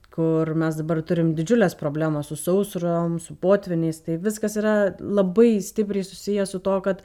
kur mes dabar turim didžiules problemas su sausrom su potvyniais tai viskas yra labai stipriai susiję su tuo kad